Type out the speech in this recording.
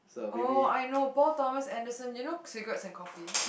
oh I know Paul Thomas Anderson you know cigarettes and coffee